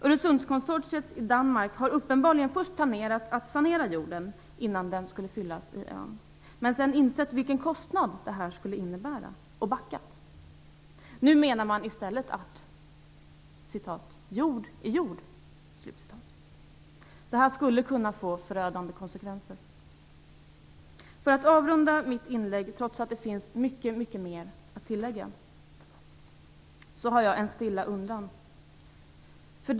Öresundskonsortiet i Danmark har uppenbarligen först planerat att sanera jorden innan den skulle fyllas i ön, men sedan insett vilken kostnad det här skulle innebära och backat. Nu menar man i stället att "jord är jord". Det här skulle kunna få förödande konsekvenser. För att avrunda mitt inlägg, trots att det finns mycket mer att tillägga, har jag en stilla undran.